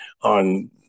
on –